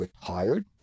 retired